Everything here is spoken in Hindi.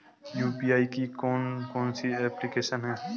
यू.पी.आई की कौन कौन सी एप्लिकेशन हैं?